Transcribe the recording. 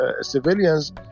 civilians